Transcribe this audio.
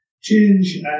change